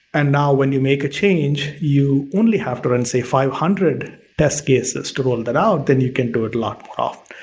and now when you make a change you only have to run say five hundred test cases to roll um that out then you can ah lock off.